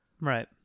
right